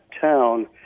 town